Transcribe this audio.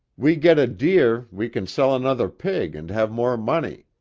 we get a deer we can sell another pig and have more money.